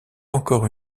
encore